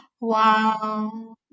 Wow